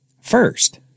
First